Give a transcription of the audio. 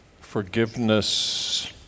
Forgiveness